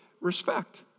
Respect